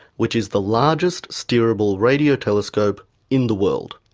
which is the largest steerable radio telescope in the world.